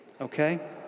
okay